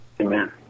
Amen